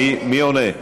מי עונה?